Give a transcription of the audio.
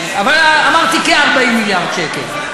אבל אמרתי: כ-40 מיליארד שקל.